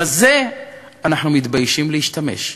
בזה אנחנו מתביישים להשתמש.